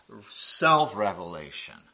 self-revelation